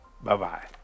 Bye-bye